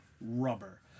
rubber